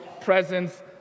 presence